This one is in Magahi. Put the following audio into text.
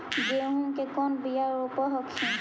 गेहूं के कौन बियाह रोप हखिन?